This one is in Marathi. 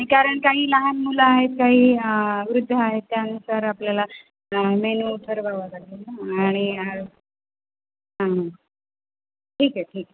कारण काही लहान मुलं आहेत काही वृद्ध आहेत त्यानुसार आपल्याला मेनू ठरवावा लागेल ना आणि हा ठीक आहे ठीक आहे